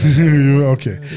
Okay